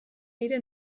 nire